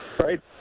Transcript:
Right